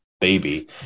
baby